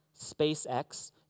SpaceX